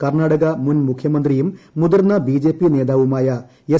കർണ്ണാടക മുൻ മുഖ്യമന്ത്രിയും മുതിർന്ന ബിജെപി നേതാവുമായ എസ്